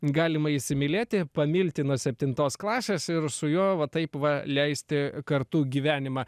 galima įsimylėti pamilti nuo septintos klasės ir su juo va taip va leisti kartu gyvenimą